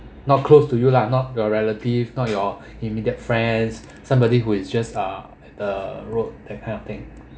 not close to you lah not your relative not your immediate friends somebody who is just uh the road that kind of thing